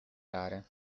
rare